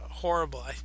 horrible